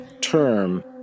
term